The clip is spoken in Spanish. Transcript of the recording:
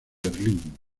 berlín